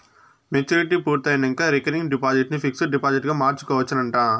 maturity పూర్తయినంక recurring deposit ని fixed డిపాజిట్గ మార్చుకోవచ్చునంట